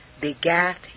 begat